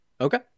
Okay